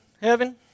heaven